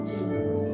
Jesus